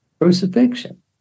crucifixion